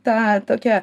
tą tokią